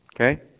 Okay